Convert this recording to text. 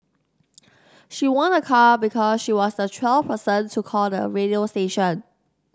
she won a car because she was the twelfth person to call the radio station